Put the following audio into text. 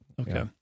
Okay